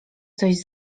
coś